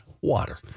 water